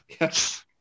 Yes